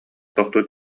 тохтуу